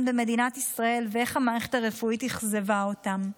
במדינת ישראל ואיך המערכת הרפואית אכזבה אותם.